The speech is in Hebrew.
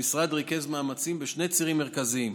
המשרד ריכז מאמצים בשני צירים מרכזיים: